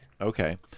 Okay